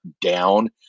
down